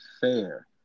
fair